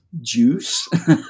Juice